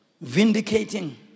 Vindicating